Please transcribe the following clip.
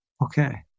Okay